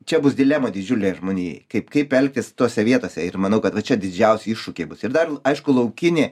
čia bus dilema didžiulė žmonijai kaip kaip elgtis tose vietose ir manau kad va čia didžiausi iššūkiai bus ir dar aišku laukinė